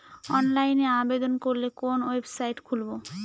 অনলাইনে আবেদন করলে কোন ওয়েবসাইট খুলব?